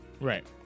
right